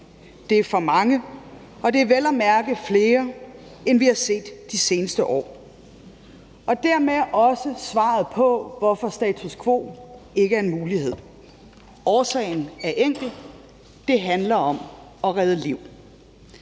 Det er for mange, og det er vel at mærke flere, end vi har set de seneste år. Det er dermed også svaret på, hvorfor status quo ikke er en mulighed. Årsagen er enkel – det handler om at redde liv.